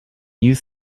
use